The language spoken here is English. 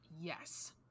yes